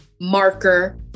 marker